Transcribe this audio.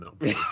No